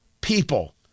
people